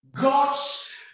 God's